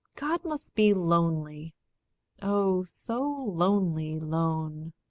god must be lonely oh, so lonely lone!